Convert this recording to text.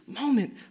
moment